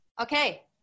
okay